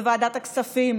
בוועדת הכספים,